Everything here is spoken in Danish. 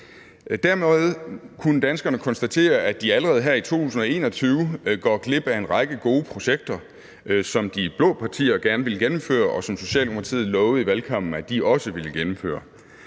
Dermed kunne danskerne konstatere, at de allerede i 2021 går glip af en række gode projekter, som de blå partier gerne ville gennemføre, og som Socialdemokratiet lovede i valgkampen at de også ville gennemføre.